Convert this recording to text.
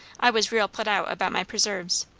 i was real put out about my preserves.